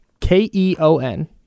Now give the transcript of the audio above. K-E-O-N